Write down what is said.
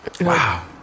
Wow